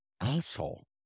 asshole